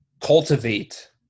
cultivate